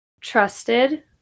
trusted